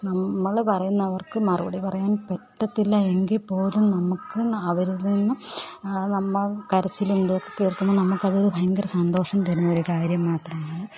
നമ്മൾ പറയുന്നവര്ക്ക് മറുപടി പറയാന് പറ്റത്തില്ല എങ്കിൽ പോലും നമുക്ക് അവരില് നിന്നും നമുക്ക് കരച്ചിലും ഇതൊക്കെ കേള്ക്കുമ്പോൾ നമുക്ക് ഭയങ്കര സന്തോഷം തരുന്ന ഒരു കാര്യം മാത്രമാണ്